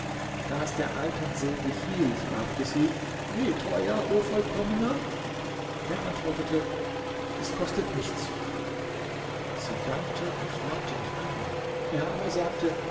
da es der alten sehr gefiel fragte sie wie teuer o vollkommener er antwortete es kostet nichts sie dankte und fragte noch einmal er aber sagte